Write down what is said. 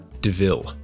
DeVille